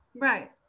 right